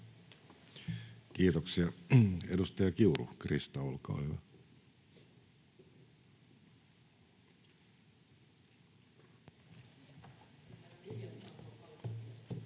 Kiitoksia. — Edustaja Kiuru, Krista, olkaa hyvä. [Speech